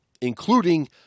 including